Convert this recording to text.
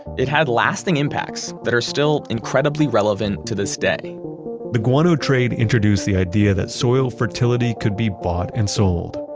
it had lasting impacts that are still incredibly relevant to this day the guano trade introduced the idea that soil fertility could be bought and sold.